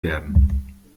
werden